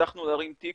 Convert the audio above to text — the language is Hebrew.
שהצלחנו להרים תיק,